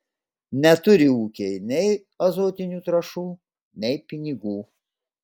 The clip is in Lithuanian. neturi ūkiai nei azotinių trąšų nei pinigų